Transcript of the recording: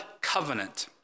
covenant